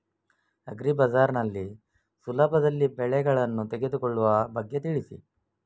agri bazaar ನಲ್ಲಿ ಸುಲಭದಲ್ಲಿ ಬೆಳೆಗಳನ್ನು ತೆಗೆದುಕೊಳ್ಳುವ ಬಗ್ಗೆ ತಿಳಿಸಿ